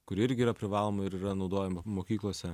kuri irgi yra privaloma ir yra naudojama mokyklose